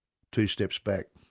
two steps back'.